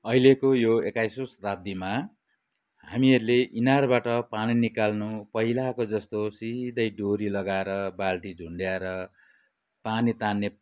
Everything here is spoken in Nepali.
अहिलेको यो एक्काइसौँ शताब्दीमा हामीहरूले इनारबाट पानी निकाल्नु पहिलाको जस्तो सिधै डोरी लगाएर बाल्टी झुन्ड्याएर पानी तान्ने